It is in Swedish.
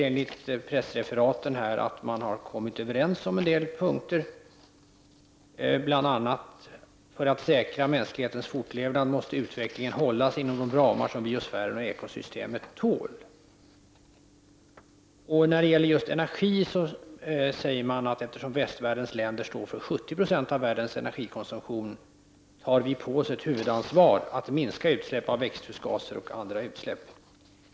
Enligt pressreferaten har man kommit överens på en del punkter, bl.a. att utvecklingen måste hållas inom de ramar som biosfären och ekosystemet tål för att säkra mänsklighetens fortlevnad. När det gäller just energi säger man att eftersom västvärlden står för 70 90 av världens energikonsumtion skall vi ta på oss ett huvudansvar att minska utsläpp av växthusgaser o.d.